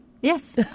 Yes